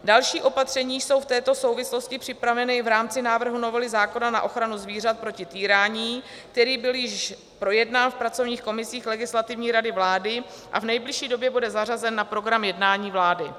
Další opatření jsou v této souvislosti připravena v rámci návrhu novely zákona na ochranu zvířat proti týrání, který byl již projednán v pracovních komisích Legislativní rady vlády a v nejbližší době bude zařazen na program jednání vlády.